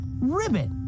Ribbit